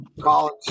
college